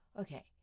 Okay